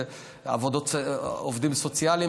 ועובדים סוציאליים.